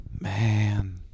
man